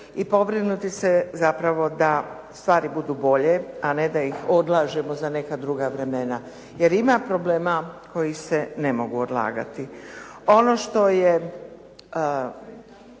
i pobrinuti se zapravo da stvari budu bolje a ne da ih odlažemo za neka druga vremena jer ima problema koji se ne mogu odlagati. Ono što je